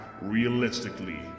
realistically